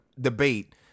debate